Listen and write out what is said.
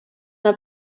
and